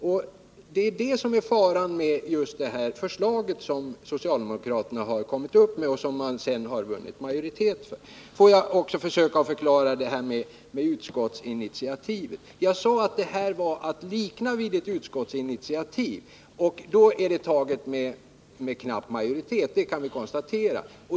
Och det är också det som är faran med det förslag som socialdemokraterna har lagt fram och vunnit majoritet för i utskottet. Får jag också försöka förklara detta med utskottsinitiativ. Jag sade att detta förslag var att likna vid ett utskottsinitiativ, och då är det taget med knapp majoritet.